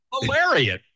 hilarious